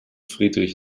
friedrich